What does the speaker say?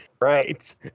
right